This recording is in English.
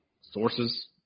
sources